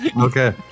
Okay